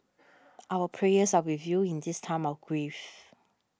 our prayers are with you in this time of grief